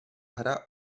hra